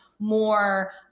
more